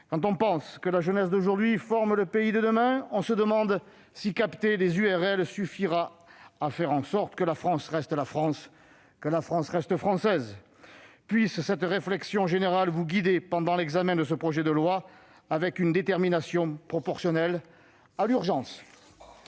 Quand on pense que la jeunesse d'aujourd'hui forme le pays de demain, on se demande si capter des URL suffira à faire en sorte que la France reste la France, que la France reste française. Mes chers collègues, puisse cette réflexion générale vous guider pendant l'examen de ce projet de loi, avec une détermination proportionnelle à l'urgence.